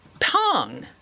Pong